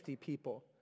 people